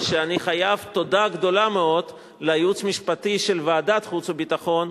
שאני חייב תודה גדולה מאוד לייעוץ המשפטי של ועדת החוץ והביטחון,